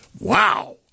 Wow